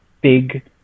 big